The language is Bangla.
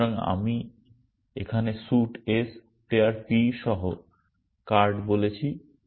সুতরাং এখানে আমি স্যুট s প্লেয়ার p সহ কার্ড বলেছি